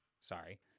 Sorry